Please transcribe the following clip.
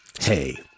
Hey